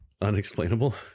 Unexplainable